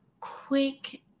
quick